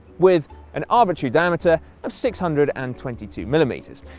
with an arbitrary diameter of six hundred and twenty two millimetres.